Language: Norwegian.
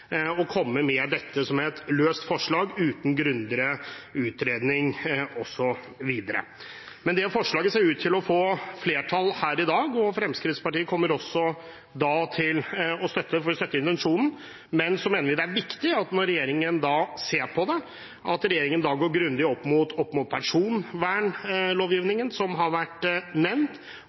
å komme med dette som et løst forslag uten grundigere utredning, osv. Men forslaget ser ut til å få flertall her i dag, og Fremskrittspartiet kommer da til å støtte det, for vi støtter intensjonen. Men vi mener det er viktig at regjeringen, når de ser på det, vurderer det grundig opp mot personvernlovgivningen, som har vært nevnt,